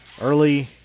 early